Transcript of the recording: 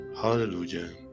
Hallelujah